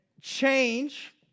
change